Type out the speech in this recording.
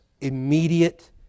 immediate